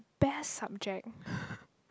best subject